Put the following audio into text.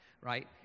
right